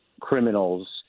criminals